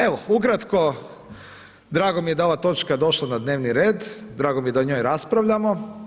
Evo, ukratko, drago mi je da je ova točka došla na dnevni red, drago mi je da o njoj raspravljamo.